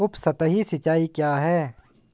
उपसतही सिंचाई क्या है?